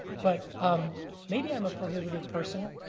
but um maybe i'm a prohibited person,